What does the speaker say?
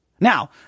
Now